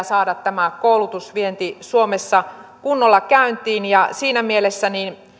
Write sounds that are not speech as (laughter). (unintelligible) saada tämä koulutusvienti suomessa kunnolla käyntiin siinä mielessä